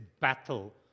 battle